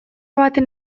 baten